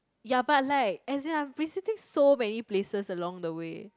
ya but like as in I'm visiting so many places along the way